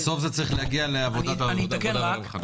בסוף זה צריך להגיע לוועדת העבודה והרווחה.